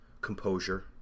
Composure